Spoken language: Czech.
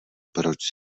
proč